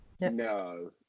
no